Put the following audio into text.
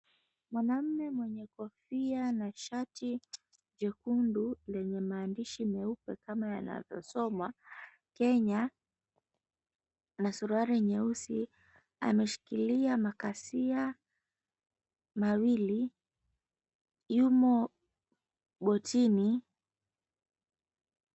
Mwanamme mwenye kofia na shati jekundu lenye maandishi meupe kama yanavyosomwa, "Kenya", na suruali nyeusi, ameshikilia makasia mawili, yumo botini.